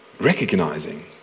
recognizing